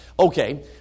Okay